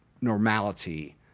normality